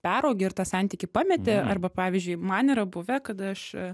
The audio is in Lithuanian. peraugi ir tą santykį pameti arba pavyzdžiui man yra buvę kada aš